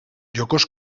jokoz